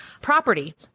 Property